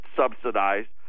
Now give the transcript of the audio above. subsidized